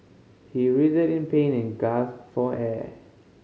he writhed in pain and gasped for air